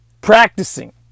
practicing